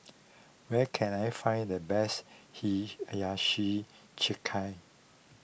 where can I find the best Hiyashi Chuka